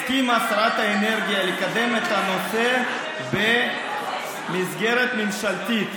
הסכימה שרת האנרגיה לקדם את הנושא במסגרת ממשלתית.